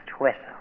whistle